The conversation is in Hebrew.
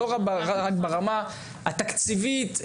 לא רק ברמה התקציבית,